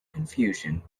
confusion